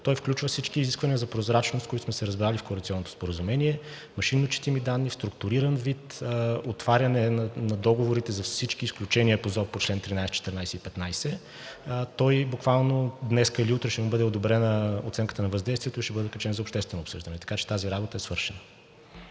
Той включва всички изисквания за прозрачност, за които сме се разбрали в коалиционното споразумение – машинно четими данни в структуриран вид, отваряне на договорите за всички, с изключение по ЗОП по чл. 13, 14 и 15. Буквално днес или утре ще му бъде одобрена оценката на въздействието и ще бъде качен за обществено обсъждане, така че тази работа е свършена.